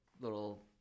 little